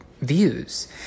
views